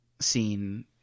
scene